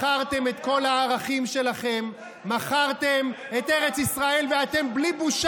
מכרתם את כל הערכים שלכם, אתה גם מפריע.